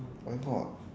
why not